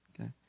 Okay